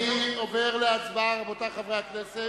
אני עובר להצבעה, רבותי חברי הכנסת.